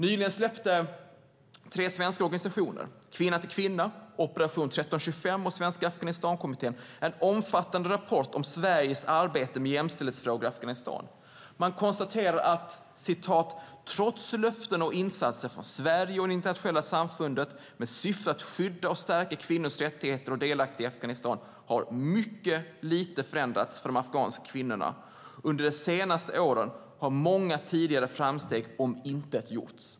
Nyligen släppte tre svenska organisationer, Kvinna till Kvinna, Operation 1325 och Svenska Afghanistankommittén, en omfattande rapport om Sveriges arbete med jämställdhetsfrågor i Afghanistan. Man konstaterar: "Trots löften och insatser från Sverige och det internationella samfundet med syfte att skydda och stärka kvinnors rättigheter och delaktighet i Afghanistan har mycket litet förändrats för de afghanska kvinnorna. Under de senaste åren har många tidigare framsteg omintetgjorts."